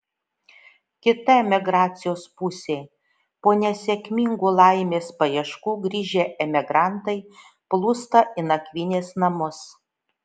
kita emigracijos pusė po nesėkmingų laimės paieškų grįžę emigrantai plūsta į nakvynės namus